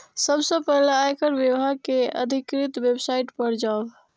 सबसं पहिने आयकर विभाग के अधिकृत वेबसाइट पर जाउ